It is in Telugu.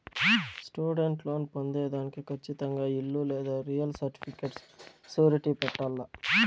స్టూడెంట్ లోన్ పొందేదానికి కచ్చితంగా ఇల్లు లేదా రియల్ సర్టిఫికేట్ సూరిటీ పెట్టాల్ల